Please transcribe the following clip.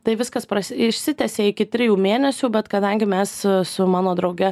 tai viskas išsitęsė iki trijų mėnesių bet kadangi mes su mano drauge